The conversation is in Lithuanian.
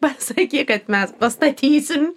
pasakyk kad mes pastatysim